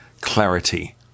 clarity